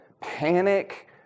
panic